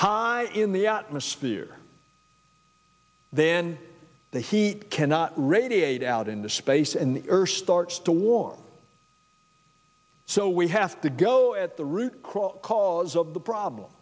high in the atmosphere then the heat cannot radiate out into space and the earth starts to warm so we have to go at the cross cause of the problem